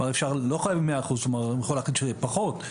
לא חייבים מאה אחוז אפשר להחליט שפחות.